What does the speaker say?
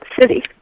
city